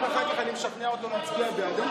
אם אחר כך אני משכנע אותו להצביע בעד,